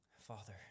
Father